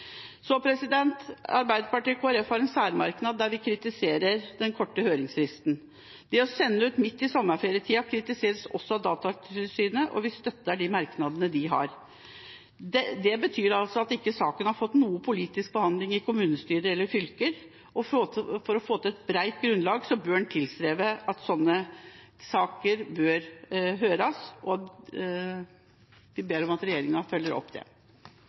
Arbeiderpartiet og Kristelig Folkeparti har en særmerknad, der vi kritiserer den korte høringsfristen. Det å sende ut et høringsutkast midt i sommerferietida kritiseres også av Datatilsynet, og vi støtter de merknadene de har. Det betyr altså at saken ikke har fått noen politisk behandling i kommunestyrer eller fylker. For å få til et bredt grunnlag bør en tilstrebe at slike saker høres, og vi ber om at regjeringa følger opp det.